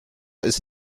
ist